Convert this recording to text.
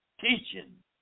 teaching